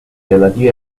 relativi